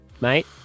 mate